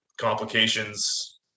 complications